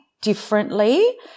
differently